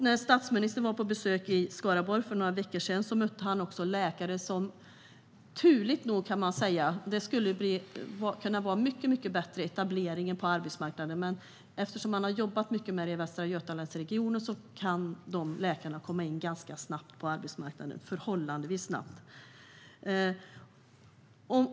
När statsministern var på besök i Skaraborg för några veckor sedan mötte han läkare som arbetade med det som de var utbildade till - turligt nog, får man säga, för det skulle kunna vara mycket bättre etablering på arbetsmarknaden. Men eftersom man har jobbat mycket med detta i Västra Götalandsregionen kan läkarna komma in förhållandevis snabbt på arbetsmarknaden där.